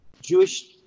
Jewish